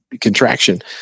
contraction